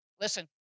Listen